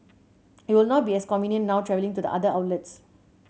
it will not be as convenient now travelling to the other outlets